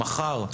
מחר,